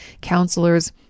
counselors